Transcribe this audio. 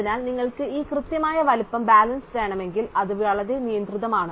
അതിനാൽ നിങ്ങൾക്ക് ഈ കൃത്യമായ വലുപ്പ ബാലൻസ് വേണമെങ്കിൽ അത് വളരെ നിയന്ത്രിതമാണ്